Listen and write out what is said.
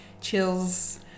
Chills